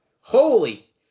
Holy